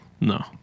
No